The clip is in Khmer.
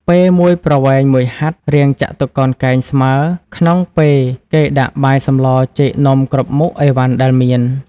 ពែមួយប្រវែង ១ហត្ថរាងចតុកោណកែងស្មើ ក្នុងពែគេដាក់បាយសម្ល ចេក នំ គ្រប់មុខឥវ៉ាន់ដែលមាន ។